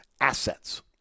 Assets